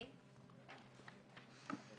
19(ה)?